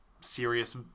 serious